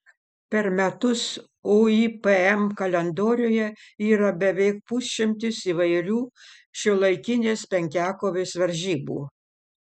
per metus uipm kalendoriuje yra beveik pusšimtis įvairių šiuolaikinės penkiakovės varžybų